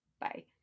Bye